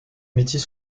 métiers